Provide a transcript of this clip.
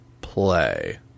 play